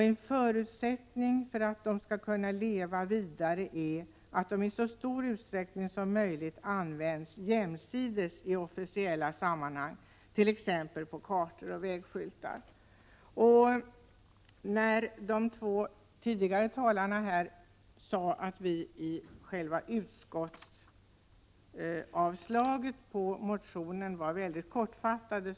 En förutsättning för att de skall kunna leva vidare är att de i så stor utsträckning som möjligt används jämsides i officiella sammanhang t.ex. på kartor och vägskyltar.” De två tidigare talarna sade här att vi var mycket kortfattade i utskottets avslag på motionen.